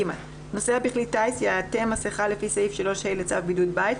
נוסע בכלי טיס יעטה מסכה לפי סעיף 3ה לצו בידוד בית,